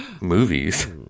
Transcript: Movies